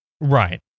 Right